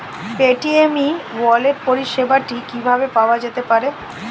Paytm e wallet পরিষেবাটি কিভাবে পাওয়া যেতে পারে?